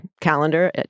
calendar